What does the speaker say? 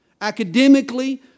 Academically